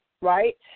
right